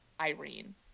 irene